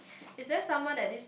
is there someone like this